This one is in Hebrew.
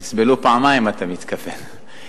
יסבלו פעמיים, אתה מתכוון.